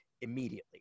immediately